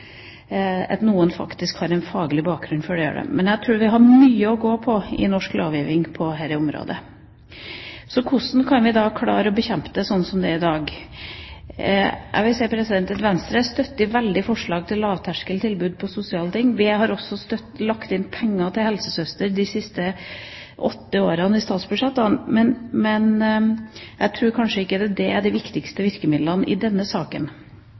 at helsepersonell gjør det, at man faktisk har en faglig bakgrunn for å gjøre det. Men jeg tror vi har mye å gå på i norsk lovgivning på dette området. Hvordan kan vi da klare å bekjempe det, sånn som det er i dag? Jeg vil si at Venstre støtter veldig forslag om lavterskeltilbud når det gjelder sosiale ting. Vi har også lagt inn penger til helsesøster i statsbudsjettene de siste åtte årene. Men jeg tror kanskje ikke det er de viktigste virkemidlene i denne saken.